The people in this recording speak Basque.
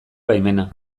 baimena